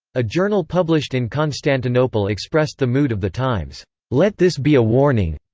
a journal published in constantinople expressed the mood of the times let this be a warning.